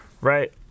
right